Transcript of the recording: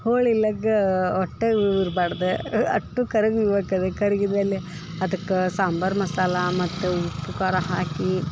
ಹೋಳಿಲ್ಲಗ ಒಟ್ಟ ಇರ್ಬಾಡ್ದ ಅಟ್ಟು ಕರಗಿರ್ಬೇಕು ಅದಕ್ಕೆ ಕರಗಿದ ಮೇಲೆ ಅದಕ್ಕೆ ಸಾಂಬರು ಮಸಾಲ ಮತ್ತು ಉಪ್ಪು ಖಾರ ಹಾಕಿ